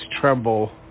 tremble